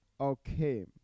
Okay